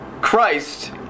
Christ